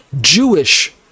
Jewish